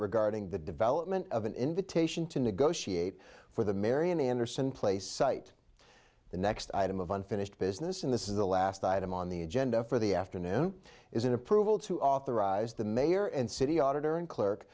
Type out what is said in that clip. regarding the development of an invitation to negotiate for the marian anderson play site the next item of unfinished business and this is the last item on the agenda for the afternoon is an approval to authorize the mayor and city auditor and clerk